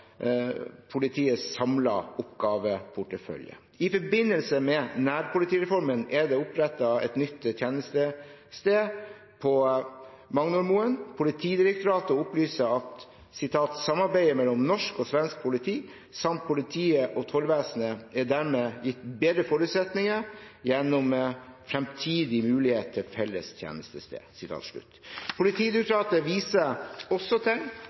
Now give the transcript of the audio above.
politiets samlede oppgaveportefølje. I forbindelse med nærpolitireformen er det opprettet et nytt tjenestested på Magnormoen. Politidirektoratet opplyser at samarbeidet mellom norsk og svensk politi samt politiet og tollvesenet dermed er gitt bedre forutsetninger gjennom fremtidig mulighet til felles tjenestested. Politidirektoratet viser også til